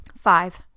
Five